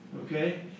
Okay